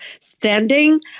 standing